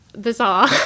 bizarre